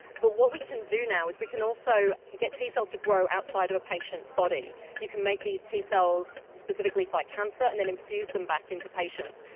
but what we can do now is we can also get t cells to grow outside of a patient's body. you can make these t cells specifically fight cancer and then infuse them back into patients,